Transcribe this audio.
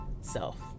self